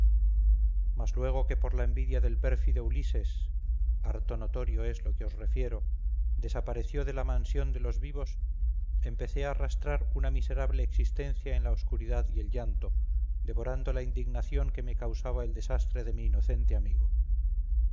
mas luego que por la envidia del pérfido ulises harto notorio es lo que os refiero desapareció de la mansión de los vivos empecé a arrastrar una miserable existencia en la oscuridad y el llanto devorando la indignación que me causaba el desastre de mi inocente amigo